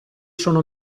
sono